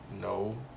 No